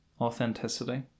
authenticity